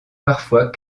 parfois